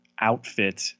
outfit